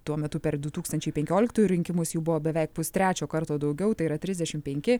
tuo metu per du tūkstančiai penkioliktųjų rinkimus jų buvo beveik pustrečio karto daugiau tai yra trisdešim penki